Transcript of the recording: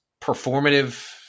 performative